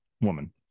woman